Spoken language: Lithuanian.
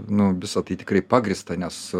nu visa tai tikrai pagrįsta nes